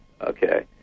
okay